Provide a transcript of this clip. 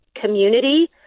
community